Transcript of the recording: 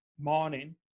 morning